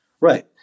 Right